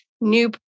New